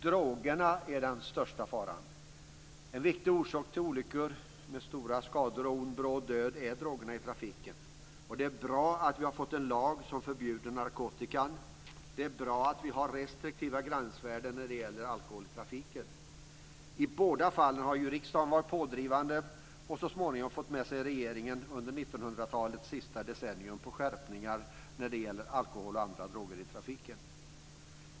Drogerna är den största faran. En viktig orsak till olyckor med stora skador och ond bråd död som följd är drogerna i trafiken. Det är bra att vi har fått en lag som förbjuder narkotika och det är bra att vi har restriktiva gränsvärden när det gäller alkohol i trafiken. I båda fallen har ju riksdagen varit pådrivande och så småningom, under 1900-talets sista decennium, fått med sig regeringen på skärpningar när det gäller alkohol och andra droger i trafiken.